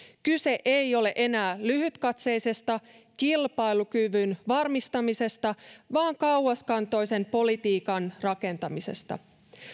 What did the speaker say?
kyse ei ole enää lyhytkatseisesta kilpailukyvyn varmistamisesta vaan kauaskantoisen politiikan rakentamisesta